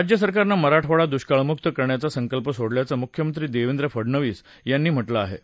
राज्यसरकारन मराठवाडा दुष्काळमुक्त करण्याचा संकल्प सोडल्याचं मुख्यमंत्री दर्षेद्रे फडणवीस यांनी म्हटलं आहा